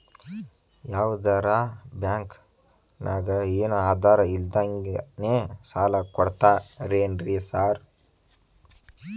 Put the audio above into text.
ಯಾವದರಾ ಬ್ಯಾಂಕ್ ನಾಗ ಏನು ಆಧಾರ್ ಇಲ್ದಂಗನೆ ಸಾಲ ಕೊಡ್ತಾರೆನ್ರಿ ಸಾರ್?